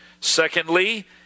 Secondly